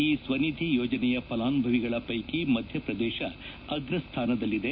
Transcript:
ಈ ಸ್ವನಿಧಿ ಯೋಜನೆಯ ಫಲಾನುಭವಿಗಳ ಪೈಕಿ ಮಧ್ಯಪ್ರದೇಶ ಅಗ್ರಸ್ಡಾನದಲ್ಲಿದೆ